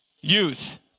youth